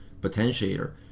potentiator